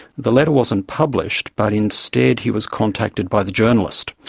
the letter wasn't published, but instead he was contacted by the journalist,